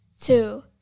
two